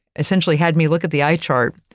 essentially had me look at the eye chart.